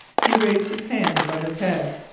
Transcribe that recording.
he raised his hand above his head.